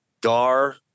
Dar